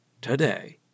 today